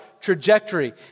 trajectory